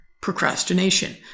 procrastination